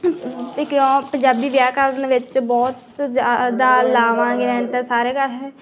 ਵੀ ਕਿਉਂ ਪੰਜਾਬੀ ਵਿਆਕਰਨ ਵਿੱਚ ਬਹੁਤ ਜ਼ਿਆਦਾ